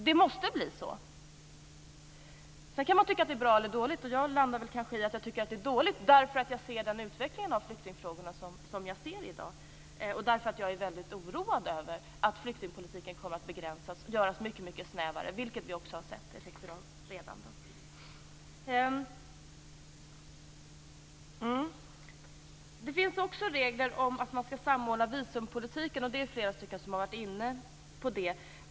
Det måste bli så. Sedan kan man tycka att det är bra eller dåligt. Jag landar kanske på att det är dåligt, beroende på den utveckling av flyktingfrågorna som jag ser i dag och därför att jag är väldigt oroad över att flyktingpolitiken kommer att begränsas och göras mycket snävare, vilket är en effekt som vi redan har sett. Det finns också regler om att man skall samordna visumpolitiken, vilket flera talare har varit inne på.